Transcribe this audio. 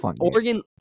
Oregon